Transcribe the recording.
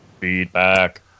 Feedback